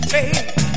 Baby